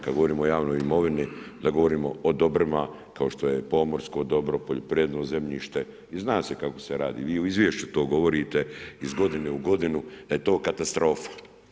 Kada govorimo o javnoj imovini da govorimo o dobrima kao što je pomorsko dobro, poljoprivredno zemljište i zna se kako se radi i u izvješću to govorite iz godine u godinu da je to katastrofa.